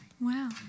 Wow